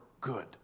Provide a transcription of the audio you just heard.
good